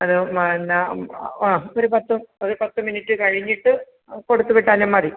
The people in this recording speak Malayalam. അത് പിന്നെ ആ ഒരു പത്ത് ഒരു പത്ത് മിനിറ്റ് കഴിഞ്ഞിട്ട് ആ കൊടുത്ത് വിട്ടാലും മതി